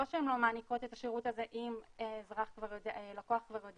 לא שהן לא מעניקות את השירות הזה אם לקוח כבר יודע